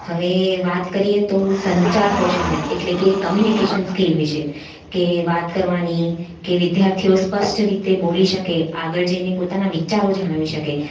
હવે વાત કરીએ તો સંચાર કૌશલ્ય એટલે કે કમ્યુનીકેશન સ્કિલ વિશે કે વાત કરવાની કે વિદ્યાર્થીઓ સ્પષ્ટ રીતે બોલી શકે આગળ જઈને પોતાના વિચારો જણાવી શકે